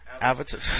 Avatar